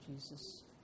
Jesus